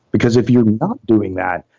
because if you're not doing that,